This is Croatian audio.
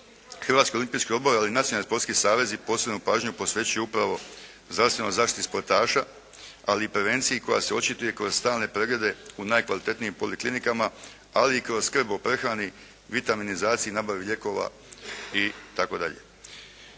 Hrvatski olimpijski odbor ali i nacionalni sportski savezi posebnu pažnju posvećuju upravo zdravstvenoj zaštiti športaša, ali i prevenciji koja se očituje kroz stalne preglede u najkvalitetnijim poliklinikama ali i kroz skrb o prehrani, vitaminizaciji, nabavi lijekova itd.